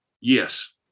Yes